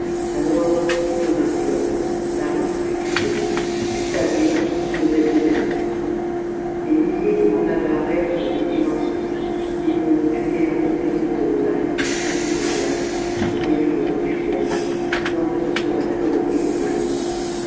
alors tout devint club la rue fut tribune les pavés se soulevaient d'eux-mêmes des milliers de mandats d'arrêts avaient été lancés mais on ne put guère opérer que les arrestations immédiates les mairies les refusaient disant que ce serait provoquer des émeutes